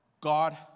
God